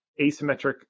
asymmetric